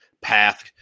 path